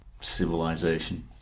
civilization